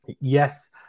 Yes